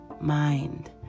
mind